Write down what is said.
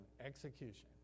execution